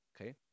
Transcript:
Okay